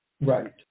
right